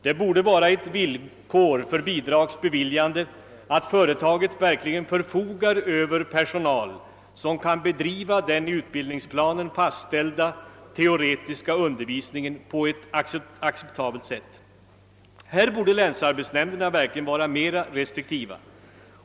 Det borde vara ett villkor för bidrags beviljande att företaget i fråga verkligen förfogar över personal som kan bedriva den i utbildningsplanen fastställda teoretiska undervisningen på ett acceptabelt sätt. Härvidlag borde länsarbetsnämnderna verkligen vara mera restriktiva.